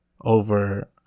over